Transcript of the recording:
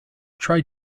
try